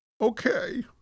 Okay